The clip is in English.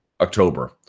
October